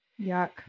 Yuck